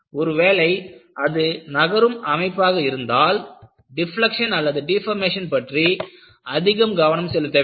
ஒருவேளை அது நகரும் அமைப்பாக இருந்தால் டிப்லக்க்ஷன் அல்லது டெபோர்மஷன் பற்றி அதிகம் கவனம் செலுத்த வேண்டும்